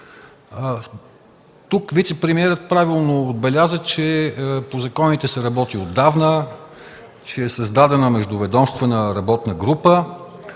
Тук вицепремиерът правилно отбеляза, че по законите се работи отдавна, че е създадена междуведомствена работна група